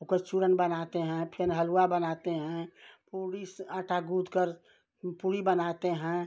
ओकर चूरन बनाते हैं फिर हलुआ बनाते हैं पूड़ी आटा गूँथ कर पूड़ी बनाते हैं